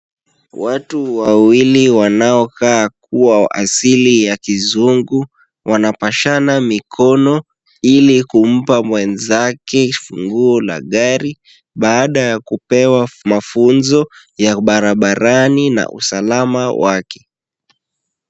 Watu wawili wanaokaa kuwa wa asiliya kizungu, wanapashana mikono ili kumpa mwenzake funguo la gari baada ya kupewa mafunzo ya barabarani na usalama wake.